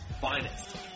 finest